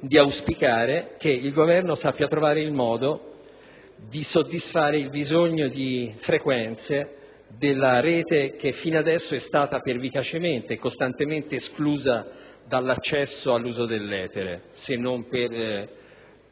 di auspicare che il Governo sappia trovare il modo di soddisfare il bisogno di frequenze della rete che finora è stata pervicacemente e costantemente esclusa dall'accesso all'uso dell'etere, se non per